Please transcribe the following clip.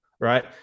right